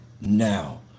now